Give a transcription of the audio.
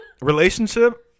Relationship